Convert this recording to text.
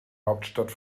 hauptstadt